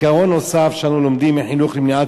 עיקרון נוסף שאנחנו לומדים מחינוך למניעת